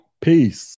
Peace